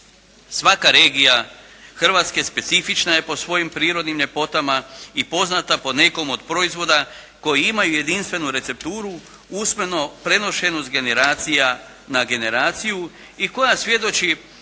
Svaka regija Hrvatske specifična je po svojim prirodnim ljepotama i poznata po nekom od proizvoda koji imaju jedinstvenu recepturu usmeno prenošeno s generacija na generaciju i koja svjedoči